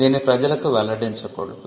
దీన్ని ప్రజలకు వెల్లడించకూడదు